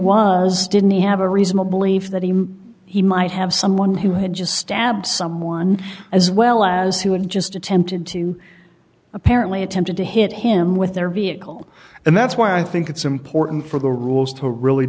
was didn't he have a reasonably for that he may he might have someone who had just stabbed someone as well as who had just attempted to apparently attempted to hit him with their vehicle and that's why i think it's important for the rules to really